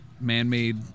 man-made